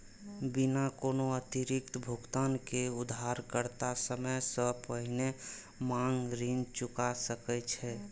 बिना कोनो अतिरिक्त भुगतान के उधारकर्ता समय सं पहिने मांग ऋण चुका सकै छै